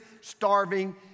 starving